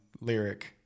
lyric